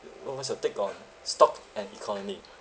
what what's your take on stock and economy